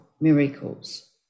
miracles